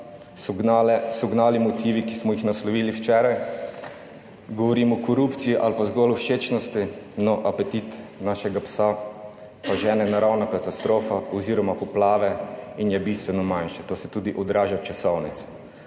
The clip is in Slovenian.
so gnali motivi, ki smo jih naslovili včeraj. Govorim o korupciji ali pa zgolj o všečnosti. No, apetit našega psa pa žene naravna katastrofa oziroma poplave, in je bistveno manjše. To se tudi odraža v časovnici.